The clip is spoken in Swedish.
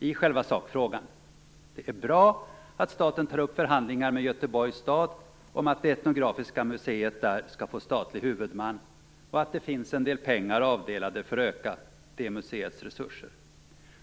I själva sakfrågan: Det är bra att staten tar upp förhandlingar med Göteborgs stad om att det etnografiska museet där skall få statlig huvudman och att det finns en del pengar avdelade för att öka det museets resurser.